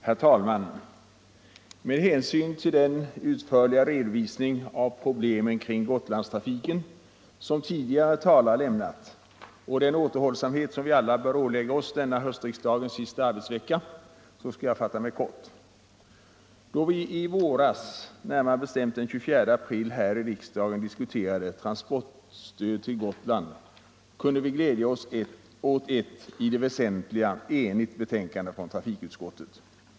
Herr talman! Med hänsyn till den utförliga redovisning av problemen kring Gotlandstrafiken som tidigare talare lämnat och den återhållsamhet som vi alla bör ålägga oss denna höstriksdagens sista arbetsvecka skall jag fatta mig kort. Då vi i våras, närmare bestämt den 24 april, här i riksdagen diskuterade transportstöd till Gotland kunde vi glädja oss åt ett i det väsentliga enigt betänkande från trafikutskottet.